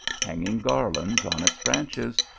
hanging garlands on its branches,